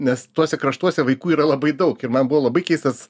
nes tuose kraštuose vaikų yra labai daug ir man buvo labai keistas